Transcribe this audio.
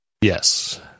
Yes